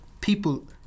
people